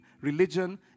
religion